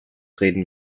reden